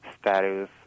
status